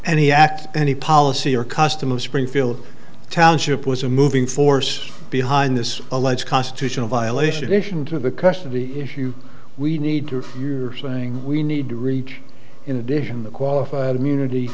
act any policy or custom of springfield township was a moving force behind this alleged constitutional violation ition to the custody issue we need to you're saying we need to reach in addition the qualified immunity